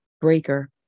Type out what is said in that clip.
Breaker